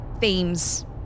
themes